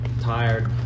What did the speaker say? tired